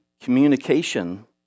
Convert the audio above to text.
communication